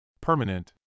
Permanent